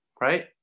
right